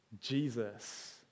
Jesus